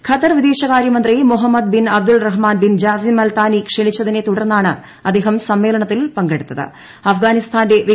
Qatar വിദേശകാര്യമന്ത്രി Mohammed bin Abdulrahman bin Jassim Al Thani ക്ഷണിച്ചതിനെ തുടർന്നാണ് അദ്ദേഹം സമ്മേളനത്തിൽ അഫ്ഗാനിസ്ഥാന്റെ പങ്കെടുത്തത്